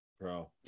Bro